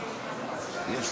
(תיקון מס'